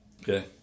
Okay